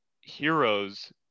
heroes